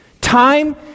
Time